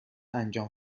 انجام